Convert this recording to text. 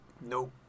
Nope